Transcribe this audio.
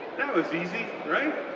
that was easy, right?